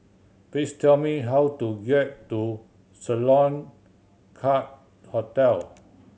please tell me how to get to Sloane Court Hotel